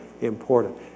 important